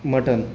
mutton